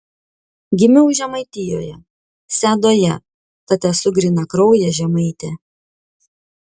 gimiau žemaitijoje sedoje tad esu grynakraujė žemaitė